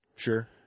Sure